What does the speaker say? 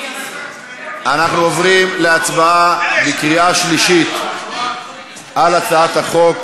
אנחנו עוברים להצבעה על הצעת החוק